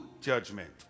judgment